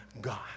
God